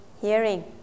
hearing